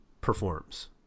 performs